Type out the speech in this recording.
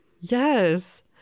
Yes